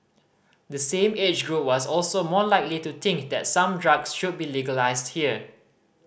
the same age group was also more likely to think that some drugs should be legalised here